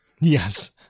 Yes